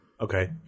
Okay